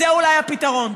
זה אולי הפתרון.